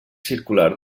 circular